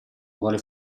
vuole